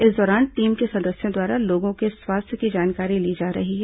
इस दौरान टीम के सदस्यों द्वारा लोगों के स्वास्थ्य की जानकारी ली जा रही है